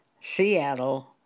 Seattle